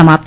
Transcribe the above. समाप्त